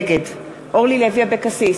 נגד אורלי לוי אבקסיס,